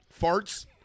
Farts